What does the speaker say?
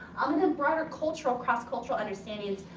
um and the broader cultural, cross-cultural understandings.